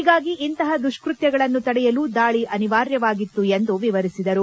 ಹೀಗಾಗಿ ಇಂತಹ ದುಷ್ಟತ್ಯಗಳನ್ನು ತಡೆಯಲು ದಾಳಿ ಅನಿವಾರ್ಯವಾಗಿತ್ತು ಎಂದು ವಿವರಿಸಿದರು